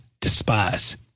despise